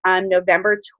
November